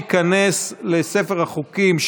אני מבקש בלי מחיאות כפיים.